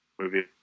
Movie